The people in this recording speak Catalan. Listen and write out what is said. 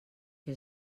que